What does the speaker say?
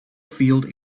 field